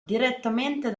direttamente